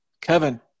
Kevin